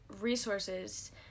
resources